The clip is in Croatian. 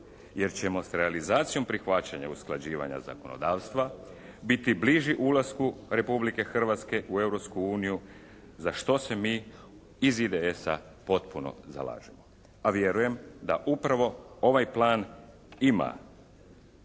Jer ćemo sa realizacijom prihvaćanja usklađivanja zakonodavstva biti bliži ulasku Republike Hrvatske u Europsku uniju, za što se mi iz IDS-a potpuno zalažemo. A vjerujem da upravo ovaj plan ima